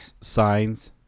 Signs